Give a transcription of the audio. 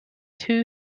two